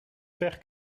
faire